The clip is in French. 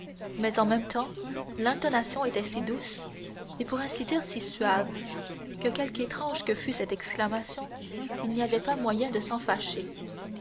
mais en même temps l'intonation était si douce et pour ainsi dire si suave que quelque étrange que fût cette exclamation il n'y avait pas moyen de s'en fâcher